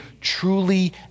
truly